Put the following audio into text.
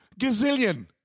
gazillion